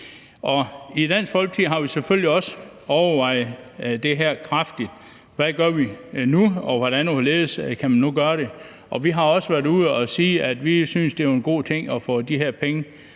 I Dansk Folkeparti har vi selvfølgelig også overvejet det her kraftigt. Hvad gør vi nu, og hvordan og hvorledes kan man nu gøre det? Vi har også været ude at sige, at vi synes, det var en god ting at få de her penge